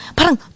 parang